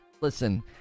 Listen